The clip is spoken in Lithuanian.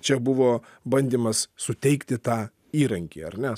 čia buvo bandymas suteikti tą įrankį ar ne